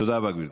תודה רבה.